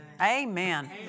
Amen